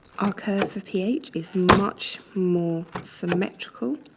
our curve for ph is much more symmetrical.